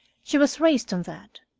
she was raised on that.